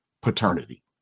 paternity